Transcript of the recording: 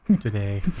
today